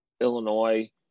Illinois